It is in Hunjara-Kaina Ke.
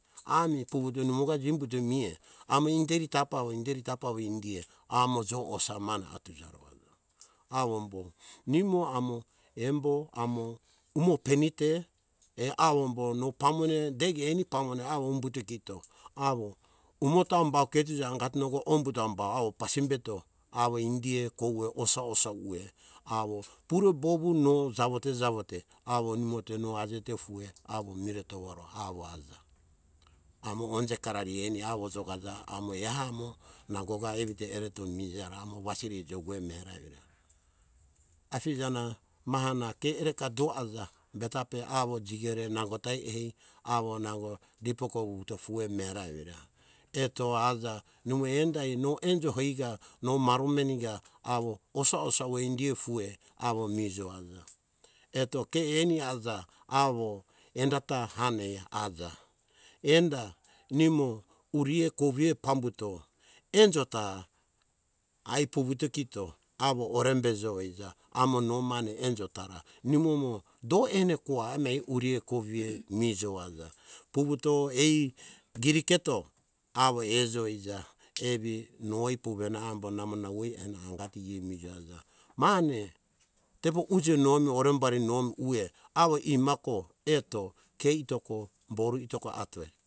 Ami vuvuto imoka jimbuto meah amo inderi tapa awo inderi tapa awo indiea amo jo usa mane atuja ro aja, awo embo nimo amo embo amo umo pemite eh awo embo no pamone deki eni awo humbutokito awo umota humbau ketuja angatonogo ombota humbau awo pasimbeto awo indiea kouve osa - osa ueh awo pure bouvu no javote - javote, awo nimo te no ajete ufue awo miretoava ro awo aja, amo onje karari eni awo jokaja amo eha amo nango evito ereto mija amo wasiri jukue mera evira. Afija na maha na ke ereka do aja, betapata jikere nangotai eih awo nango iji dipori vutofue mera evira eto aja nimo endai no enjo hoika no maro maneka awo osa - osa ueh indiea ufuea awo mijo aja eto ke eni aja awo endata hane ai aja, enda imo uriea kovea pambuto enjo ta ai vuvuto kito awo orembejo ija. Amo no mane no enjo tara nimomo do enekoa emai pere uriea koviea mijo aja vuvuto ai giriketo awo ejo ija evi no eih vuvuna awo namo nau eh vuvena anga ejo aja mane tefo uje nomi horembari nomi ue awo imako eto ke itoko bouru itoko atoe